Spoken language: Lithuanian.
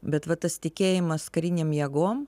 bet va tas tikėjimas karinėm jėgom